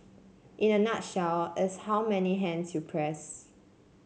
in a nutshell it's how many hands you press